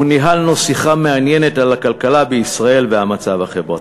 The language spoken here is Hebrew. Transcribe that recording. וניהלנו שיחה מעניינת על הכלכלה בישראל והמצב החברתי.